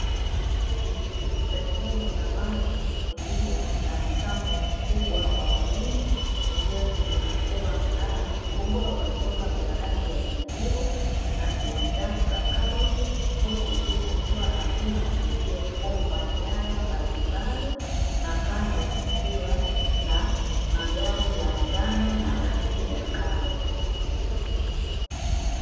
Sehemu ya wazi iliyo na mtambo mkubwa wa umeme uliotengenezewa mnara mkubwa wa vyuma vya rangi ya kijivu, rangi ya njano na karoti, huku juu kukiwa na vyuma vilivyofungwa nyaya mbalimbali, na kando kukiwa na magari ya njano na rangi ya karoti.